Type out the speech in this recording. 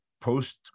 post